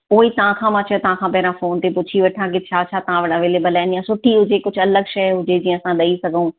उओ ई तहांखां मां चयो तहांखां पहिरां फोन ते पुछी वठां की छा छा तव्हां वटि अवेलेबल आहिनि या सुठी हुजे कुझु अलॻि शइ हुजे जीअं असां ॾेइ सघूं